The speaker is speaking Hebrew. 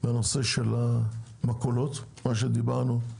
בנושא של המכולות, מה שדיברנו,